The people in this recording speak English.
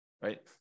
right